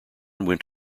went